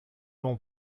l’on